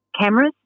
cameras